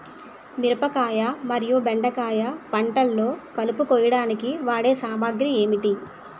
మిరపకాయ మరియు బెండకాయ పంటలో కలుపు కోయడానికి వాడే సామాగ్రి ఏమిటి?